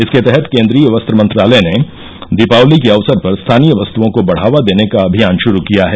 इसके तहत केन्द्रीय वस्त्र मंत्रालय ने दीपावली के अवसर पर स्थानीय वस्तओं को बढावा देने का अनियान शुरू किया है